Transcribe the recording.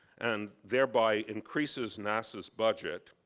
and thereby increases nasa's budget.